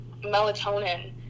melatonin